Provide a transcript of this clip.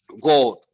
god